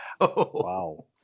Wow